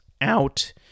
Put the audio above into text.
out